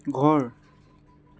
ঘৰ